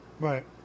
right